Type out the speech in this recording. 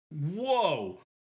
Whoa